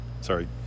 sorry